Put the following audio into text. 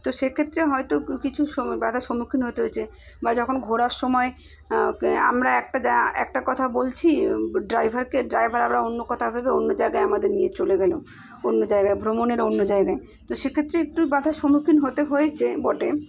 তো সেক্ষেত্রে হয়তো কিছু বাধার সম্মুখীন হতে হয়েছে বা যখন ঘোরার সময় আমরা একটা যা একটা কথা বলছি ড্রাইভারকে ড্রাইভার আবার অন্য কথা ভেবে অন্য জায়গায় আমাদের নিয়ে চলে গেল অন্য জায়গায় ভ্রমণের অন্য জায়গায় তো সেক্ষেত্রে একটু বাধার সম্মুখীন হতে হয়েছে বটে